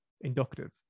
inductive